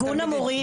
ואת ארגון המורים?